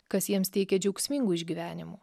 kas jiems teikia džiaugsmingų išgyvenimų